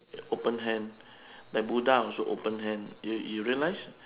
open hand like buddha also open hand you you realise